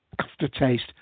aftertaste